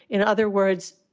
in other words,